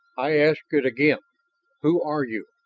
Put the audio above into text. i ask it again who are you?